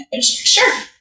Sure